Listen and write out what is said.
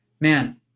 man